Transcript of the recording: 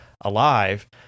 alive